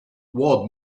what